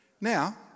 Now